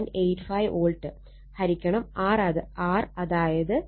85 volt ഹരിക്കണം R അതായത് 14